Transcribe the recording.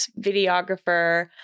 videographer